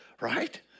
Right